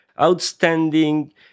outstanding